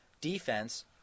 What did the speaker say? defense